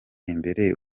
imbere